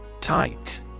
Tight